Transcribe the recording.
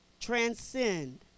Transcend